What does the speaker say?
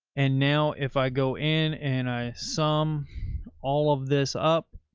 and now if i go in and i sum all of this up,